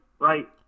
right